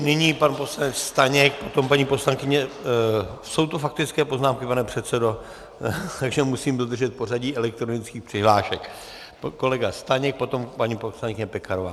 Nyní pan poslanec Staněk, potom paní poslankyně jsou to faktické poznámky, pane předsedo, takže musím dodržet pořadí elektronických přihlášek pan kolega Staněk, potom paní poslankyně Pekarová.